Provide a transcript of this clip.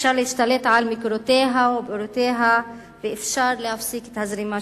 אפשר להשתלט על המקורות והבארות ואפשר להפסיק את הזרימה